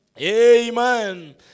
Amen